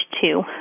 two